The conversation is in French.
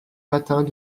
matins